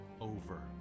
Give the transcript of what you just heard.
Over